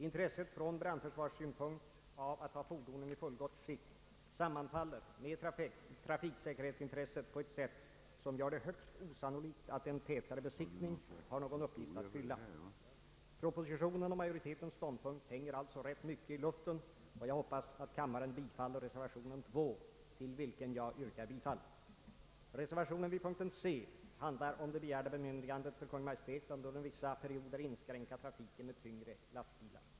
Intresset från brandförsvarssynpunkt av att ha fordonen i fullgott skick sammanfaller med trafiksäkerhetsintresset på ett sätt som gör det högst osannolikt att en tätare besiktning har någon uppgift att fylla. Propositionens och majoritetens ståndpunkt hänger alltså rätt mycket i luften, och jag hoppas att kammaren bifaller reservation II, till vilken jag yrkar bifall. Reservationen vid punkten C handlar om det begärda bemyndigandet för Kungl. Maj:t att under vissa perioder inskränka trafiken med tyngre lastbilar.